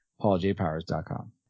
pauljpowers.com